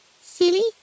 silly